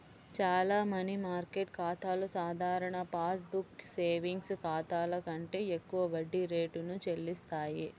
చాలా money market ఖాతాలు సాధారణ పాస్ బుక్ సేవింగ్స్ ఖాతాల కంటే ఎక్కువ వడ్డీ రేటును చెల్లిస్తాయి